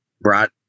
brought